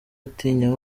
atinya